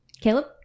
Caleb